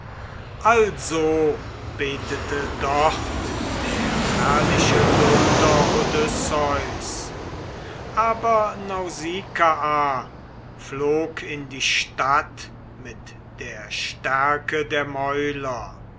also betete dort der herrliche dulder odysseus aber nausikaa flog in die stadt mit der stärke der mäuler